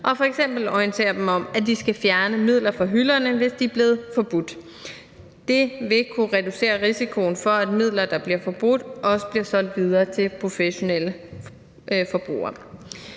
og f.eks. orientere dem om, at de skal fjerne midler fra hylderne, hvis de er blevet forbudt. Det vil kunne reducere risikoen for, at midler, der bliver forbudt, bliver solgt videre til professionelle forbrugere.